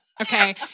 okay